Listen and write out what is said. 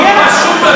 עושים